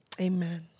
Amen